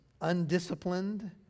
undisciplined